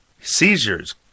Seizures